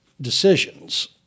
decisions